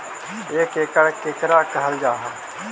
एक एकड़ केकरा कहल जा हइ?